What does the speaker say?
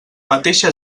mateixa